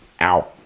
ow